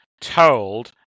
told